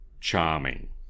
charming